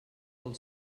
del